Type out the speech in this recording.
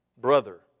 brother